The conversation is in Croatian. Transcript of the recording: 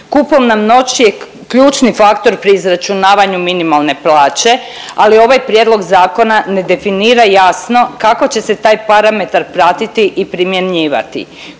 Kupovna moć je ključni faktor pri izračunavanju minimalne plaće, ali ovaj prijedlog zakona ne definira jasno kako će se taj parametar pratiti i primjenjivati.